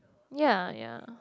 ya ya